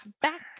back